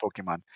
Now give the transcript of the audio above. Pokemon